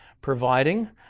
providing